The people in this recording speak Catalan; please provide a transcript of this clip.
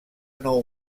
nou